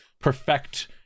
perfect